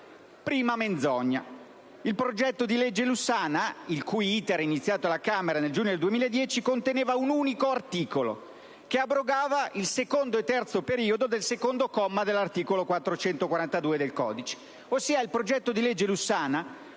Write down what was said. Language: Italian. Prima menzogna. Il progetto di legge Lussana, il cui *iter* è iniziato alla Camera nel giugno del 2010, conteneva un unico articolo che abrogava il secondo e terzo periodo del secondo comma dell'articolo 442 del codice di procedura penale. Ossia, il progetto di legge Lussana